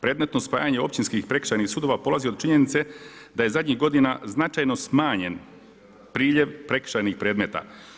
Predmetno spajanje općinskih i prekršajnih sudova polazi od činjenice da je zadnjih godina značajno smanjen priljev prekršajnih predmeta.